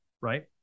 right